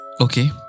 Okay